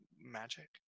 magic